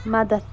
مدد